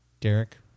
Derek